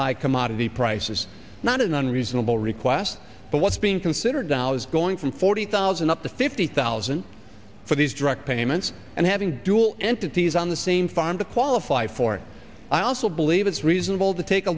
high commodity prices not an unreasonable request but what's being considered now is going from forty thousand up to fifty thousand for these direct payments and having dual entities on the same farm to qualify for i also believe it's reasonable to take